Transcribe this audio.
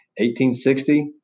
1860